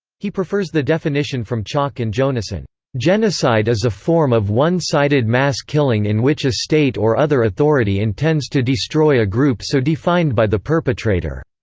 he prefers the definition from chalk and jonassohn genocide is a form of one-sided mass killing in which a state or other authority intends to destroy a group so defined by the perpetrator.